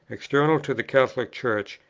external to the catholic church,